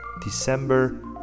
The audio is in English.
December